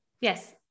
Yes